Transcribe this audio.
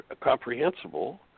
comprehensible